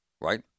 Right